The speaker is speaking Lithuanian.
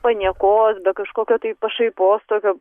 paniekos be kažkokio tai pašaipos tokio